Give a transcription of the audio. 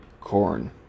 corn